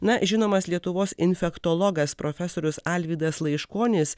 na žinomas lietuvos infektologas profesorius alvydas laiškonis